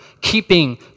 keeping